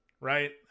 right